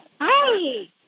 Hi